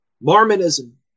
Mormonism